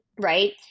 right